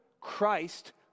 Christ